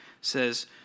says